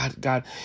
God